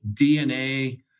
DNA